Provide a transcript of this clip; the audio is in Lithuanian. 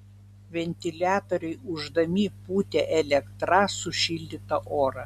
ventiliatoriai ūždami pūtė elektra sušildytą orą